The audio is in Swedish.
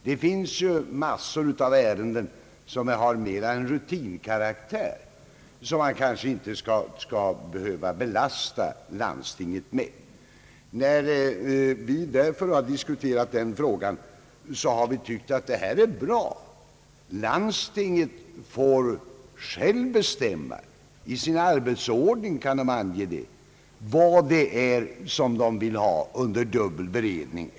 Det finns en mängd ärenden som mer eller mindre har rutinkaraktär och som landstinget kanske inte bör belastas med. När vi diskuterat denna fråga har vi tyckt att det är bra att landstinget självt får bestämma. I sin arbetsordning kan ledamöterna ange vad de vill och inte vill ha under dubbel beredning.